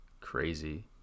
crazy